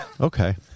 Okay